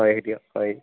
হয় দিয়ক হয়